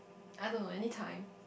I don't know anytime